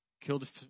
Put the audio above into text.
killed